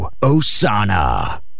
osana